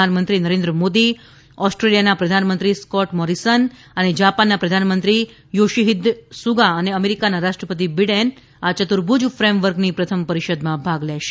પ્રધાનમંત્રી નરેન્દ્ર મોદી ઓસ્ટ્રેલિયાના પ્રધાનમંત્રી સ્કોટ મોરિસન જાપાનના પ્રધાનમંત્રી યોશીહિદ સુગા અને અમેરિકાના રાષ્ટ્રપતિ બિડેન આ યતુર્ભુજ ફ્રેમવર્કની પ્રથમ પરિષદમાં ભાગ લેશે